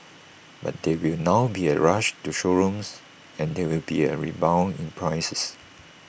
but there will now be A rush to showrooms and there will be A rebound in prices